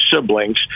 siblings